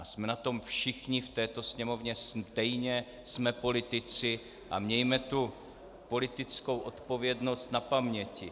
Jsme na tom všichni v této Sněmovně stejně, jsme politici a mějte politickou odpovědnost na paměti.